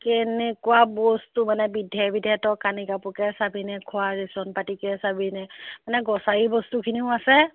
কেনেকুৱা বস্তু মানে বিধে বিধে তই কানি কাপোকে চাবি নে খোৱা ৰেচন পাতিকে চাবি নে মানে গ্ৰচাৰী বস্তুখিনিও আছে